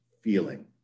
feeling